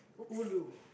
Ulu